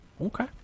okay